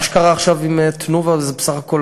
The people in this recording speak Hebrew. מה שקרה עכשיו עם "תנובה" זה בסך הכול